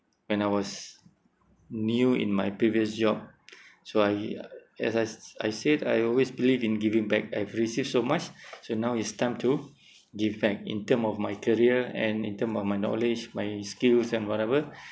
when I was new in my previous job so as I I said I always believe in giving back I've received so much so now it's time to give back in term of my career and in term of my knowledge my skills and whatever